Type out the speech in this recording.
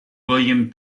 william